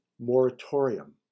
moratorium